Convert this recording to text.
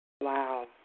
Wow